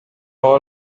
all